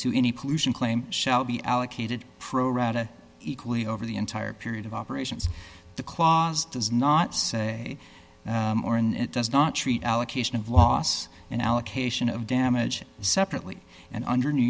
to any pollution claim shall be allocated pro rata equally over the entire period of operations the clause does not say or and it does not treat allocation of loss and allocation of damage separately and under new